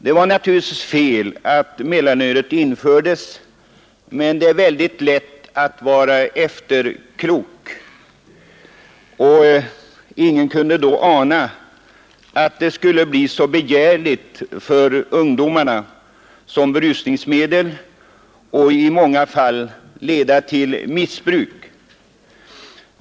Det var naturligtvis fel att mellanölet infördes, men det är mycket lätt att vara efterklok. Ingen kunde ana att det skulle bli så begärligt för ungdomarna som berusningsmedel och i många fall leda till missbruk.